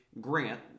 grant